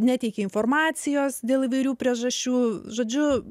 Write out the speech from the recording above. neteikė informacijos dėl įvairių priežasčių žodžiu